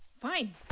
Fine